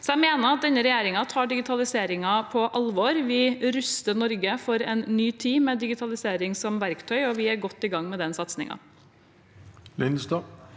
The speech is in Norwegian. jeg mener at denne regjeringen tar digitaliseringen på alvor. Vi ruster Norge for en ny tid med digitalisering som verktøy, og vi er godt i gang med den satsingen.